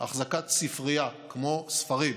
החזקת ספרייה, כמו ספרים,